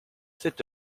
sept